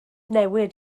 newid